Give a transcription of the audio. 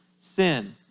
Sin